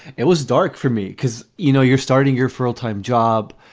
it was dark for me because, you know, you're starting your full time job.